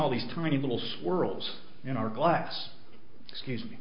all these tiny little swirls in our glass excuse me